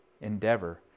endeavor